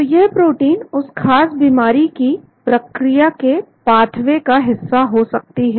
तो यह प्रोटीन उस खास बीमारी की प्रक्रिया के पाथवे का हिस्सा हो सकती है